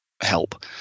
help